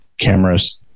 camera's